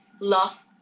love